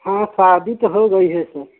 हाँ शादी तो हो गई है सर